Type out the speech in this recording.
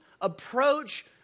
approach